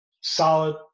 solid